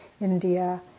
India